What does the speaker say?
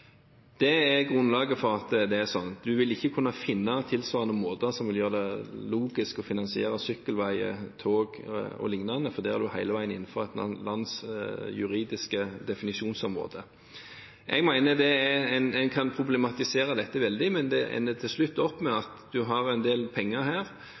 Det er grunnlaget for at det er sånn. En vil ikke kunne finne tilsvarende måter som vil gjøre det logisk å finansiere sykkelveier, tog o.l., fordi da er en hele tiden innenfor et lands juridiske definisjonsområde. Jeg mener en kan problematisere dette veldig, men det ender til slutt opp med – en har en del penger her